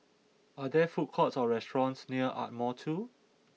are there food courts or restaurants near Ardmore two